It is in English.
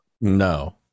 No